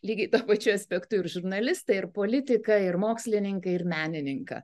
lygiai ta pačia aspektu ir žurnalistai ir politika ir mokslininkai ir menininką